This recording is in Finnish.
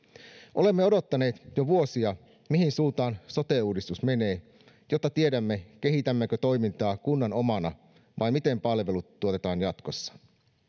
olemme odottaneet jo vuosia mihin suuntaan sote uudistus menee jotta tiedämme kehitämmekö toimintaa kunnan omana vai miten palvelut tuotetaan jatkossa